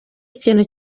ikintu